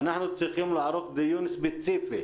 אנחנו צריכים לערוך דיון ספציפי